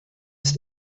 ist